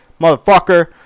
motherfucker